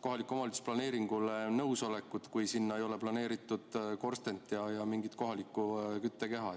kohaliku omavalitsuse planeeringule nõusolekut, kui sinna ei ole planeeritud korstent ja mingit kohalikku küttekeha?